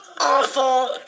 awful